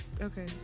Okay